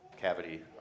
cavity